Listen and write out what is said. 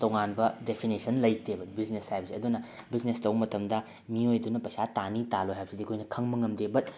ꯇꯣꯉꯥꯟꯕ ꯗꯦꯐꯤꯅꯤꯁꯟ ꯂꯩꯇꯦꯕ ꯕꯤꯖꯤꯅꯦꯁ ꯍꯥꯏꯕꯁꯦ ꯑꯗꯨꯅ ꯕꯤꯖꯤꯅꯦꯁ ꯇꯧꯕ ꯃꯇꯝꯗ ꯃꯤꯑꯣꯏꯗꯨꯅ ꯄꯩꯁꯥ ꯇꯥꯟꯅꯤ ꯇꯥꯟꯂꯣꯏ ꯍꯥꯏꯕꯁꯤꯗꯤ ꯑꯩꯈꯣꯏꯅ ꯈꯪꯕ ꯉꯝꯗꯦ ꯕꯠ